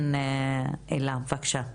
כן אלה, בבקשה.